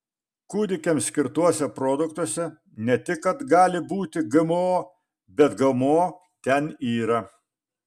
kūdikiams skirtuose produktuose ne tik kad gali būti gmo bet gmo ten yra